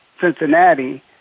Cincinnati